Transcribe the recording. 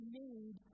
need